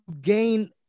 gain